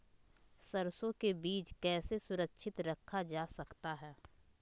सरसो के बीज कैसे सुरक्षित रखा जा सकता है?